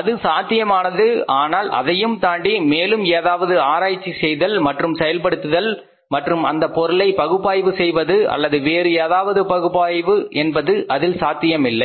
அது சாத்தியமானது ஆனால் அதையும் தாண்டி மேலும் ஏதாவது ஆராய்ச்சி செய்தல் மற்றும் செயல்படுத்துதல் மற்றும் அந்தப் பொருளை பகுப்பாய்வு செய்வது அல்லது வேறு ஏதாவது பகுப்பாய்வு என்பது இதில் சாத்தியமில்லை